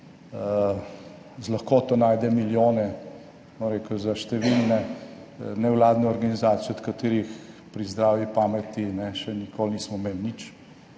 z lahkoto najde milijone, bom rekel, za številne nevladne organizacije, od katerih pri zdravi pameti še nikoli nismo imeli nič,